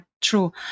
true